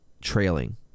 trailing